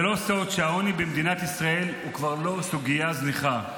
זה לא סוד שהעוני במדינת ישראל הוא כבר לא סוגיה זניחה.